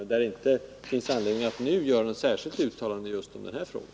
Det torde inte finnas anledning att just nu göra något särskilt uttalande i den frågan.